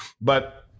but-